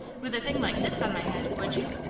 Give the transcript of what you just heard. with a thing like this on my head, would you?